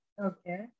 okay